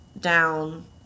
down